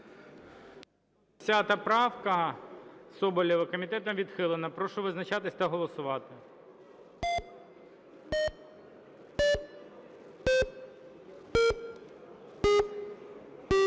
110 правка Соболєва. Комітетом відхилена. Прошу визначатись та голосувати.